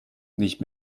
nicht